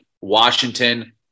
Washington